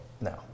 No